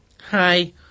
Hi